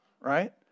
right